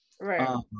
right